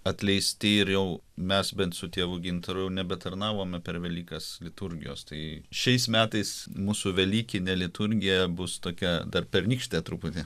atleisti ir jau mes bent su tėvu gintaru nebe tarnavome per velykas liturgijos tai šiais metais mūsų velykinė liturgija bus tokia dar pernykštė truputį